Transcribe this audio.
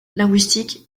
linguistique